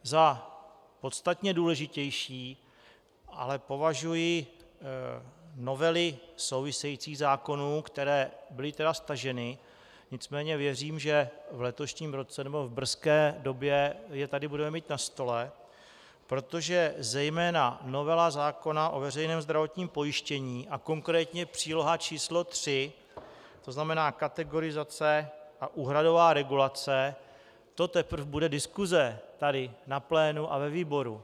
Za podstatně důležitější ale považuji novely souvisejících zákonů, které byly staženy, nicméně věřím, že v letošním roce, nebo brzké době, je tady budeme mít na stole, protože zejména novela zákona o veřejném zdravotním pojištění a konkrétně příloha č. 3, to znamená kategorizace a úhradová regulace, to teprve bude diskuse na plénu a ve výboru.